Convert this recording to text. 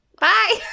Bye